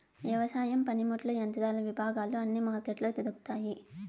వ్యవసాయ పనిముట్లు యంత్రాల విభాగాలు అన్ని మార్కెట్లో దొరుకుతాయి